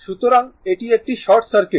সুতরাং এটি একটি শর্ট সার্কিট